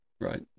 Right